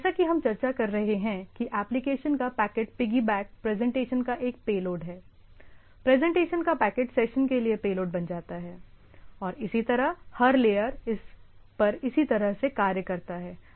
जैसा कि हम चर्चा कर रहे हैं कि एप्लिकेशन का पैकेट पिग्गीबैक प्रेजेंटेशन का एक पेलोड है प्रेजेंटेशन का पैकेट सेशन के लिए पेलोड बन जाता है और इसी तरह हर लेयर पर इसी तरह से कार्य करता है